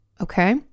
okay